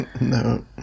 No